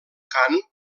cant